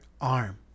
arm